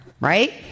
right